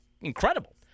Incredible